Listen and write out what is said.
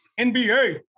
NBA